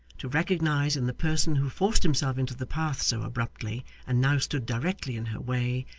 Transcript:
to recognise in the person who forced himself into the path so abruptly, and now stood directly in her way,